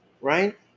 right